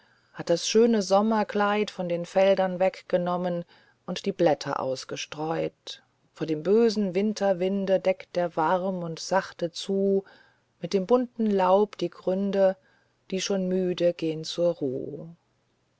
hat das schöne sommerkleid von den feldern weggenommen und die blätter ausgestreut vor dem bösen winterwinde deckt er warm und sachte zu mit dem bunten laub die gründe die schon müde gehn zur ruh